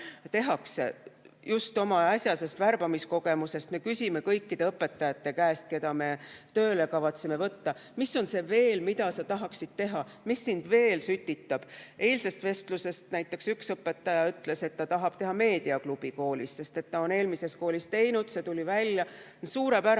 näite oma äsjasest värbamiskogemusest: me küsime kõikide õpetajate käest, keda me tööle kavatseme võtta, mis on see veel, mida nad tahaksid teha, mis neid veel sütitab. Eilses vestluses näiteks üks õpetaja ütles, et ta tahab koolis teha meediaklubi, sest ta on seda eelmises koolis teinud ja see tuli välja. Suurepärane!